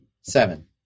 seven